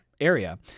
area